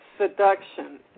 Seduction